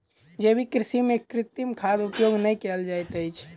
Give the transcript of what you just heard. जैविक कृषि में कृत्रिम खादक उपयोग नै कयल जाइत अछि